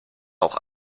auch